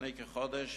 לפני כחודש